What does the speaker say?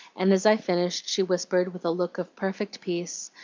and as i finished she whispered, with a look of perfect peace,